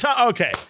okay